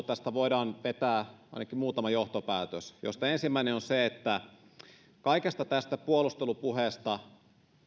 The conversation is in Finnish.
tästä keskustelusta voidaan vetää ainakin muutama johtopäätös ensimmäinen on se että kaikesta tästä puolustelupuheesta